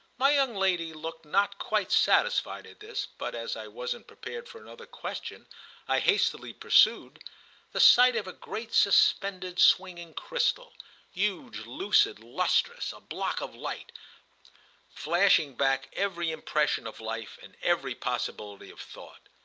my young lady looked not quite satisfied at this, but as i wasn't prepared for another question i hastily pursued the sight of a great suspended swinging crystal huge lucid lustrous, a block of light flashing back every impression of life and every possibility of thought!